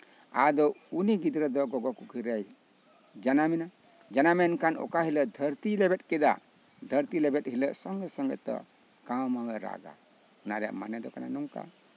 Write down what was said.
ᱟᱫᱚ ᱩᱱᱤ ᱜᱤᱫᱽᱨᱟᱹ ᱫᱚ ᱜᱚᱜᱚ ᱠᱩᱠᱷᱤ ᱨᱮᱭ ᱡᱟᱱᱟᱢ ᱮᱱᱟ ᱡᱟᱱᱟᱢ ᱮᱱᱠᱷᱟᱱ ᱚᱠᱟ ᱦᱤᱞᱳᱜ ᱫᱷᱟᱹᱨᱛᱤᱭ ᱞᱮᱵᱮᱫ ᱠᱮᱫᱟ ᱫᱷᱟᱹᱨᱛᱤ ᱞᱮᱵᱮᱫ ᱥᱚᱝᱜᱮᱛᱮ ᱠᱟᱹᱣᱢᱟᱹᱣ ᱮ ᱨᱟᱜᱟ ᱚᱱᱟ ᱨᱮᱭᱟᱜ ᱢᱟᱱᱮ ᱫᱚ ᱠᱟᱱᱟ ᱱᱚᱝᱠᱟ